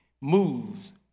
moves